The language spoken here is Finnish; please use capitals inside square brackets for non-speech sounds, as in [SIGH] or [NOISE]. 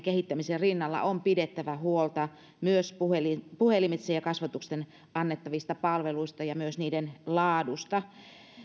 [UNINTELLIGIBLE] kehittämisen rinnalla on pidettävä huolta myös puhelimitse puhelimitse ja kasvotusten annettavista palveluista ja myös niiden laadusta